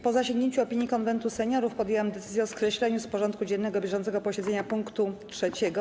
Po zasięgnięciu opinii Konwentu Seniorów podjęłam decyzję o skreśleniu z porządku dziennego bieżącego posiedzenia punktu 3.